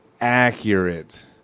accurate